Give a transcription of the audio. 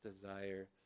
desire